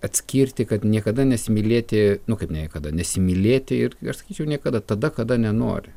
atskirti kad niekada nesimylėti nu kaip niekada nesimylėti ir aš sakyčiau niekada tada kada nenori